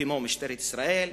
כמו משטרת ישראל,